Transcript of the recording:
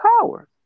power